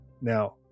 Now